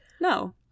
No